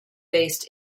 based